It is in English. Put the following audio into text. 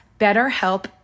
BetterHelp